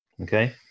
Okay